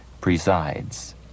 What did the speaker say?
presides